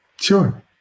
Sure